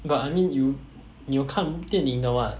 but I mean 你有你有看电影的 [what]